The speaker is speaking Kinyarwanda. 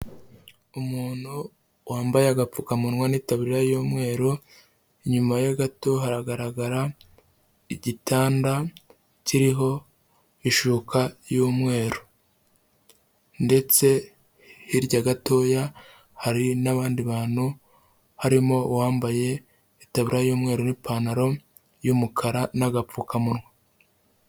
Umuntu wambaye agapfukamunwa n'itaburiya y'umweru, inyuma ye gato haragaragara igitanda kiriho ishuka y'umweru ndetse hirya gatoya hari n'abandi bantu, harimo uwambaye itaburiya y'umweru n'ipantaro y'umukara n'agapfukamunwa.